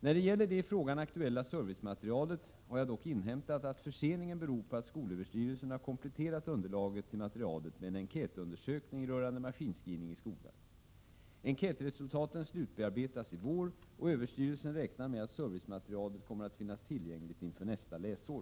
När det gäller det i frågan aktuella servicematerialet har jag dock inhämtat att förseningen beror på att SÖ har kompletterat underlaget till materialet med en enkätundersökning rörande maskinskrivning i grundskolan. Enkätresultaten slutbearbetas i vår, och SÖ räknar med att servicematerialet kommer att finnas tillgängligt inför nästa läsår.